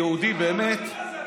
באמת,